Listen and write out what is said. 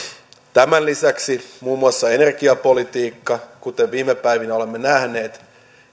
tämän lisäksi muun muassa energiapolitiikka kuten viime päivinä olemme nähneet